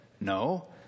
No